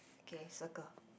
okay circle